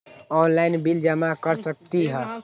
Online bill जमा कर सकती ह?